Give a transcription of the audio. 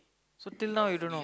so till now you don't know